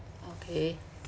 okay